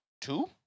two